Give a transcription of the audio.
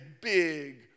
big